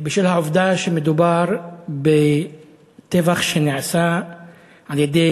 בשל העובדה שמדובר בטבח שנעשה על-ידי